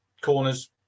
corners